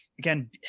Again